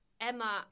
Emma